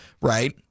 right